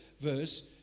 verse